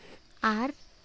ᱟᱨ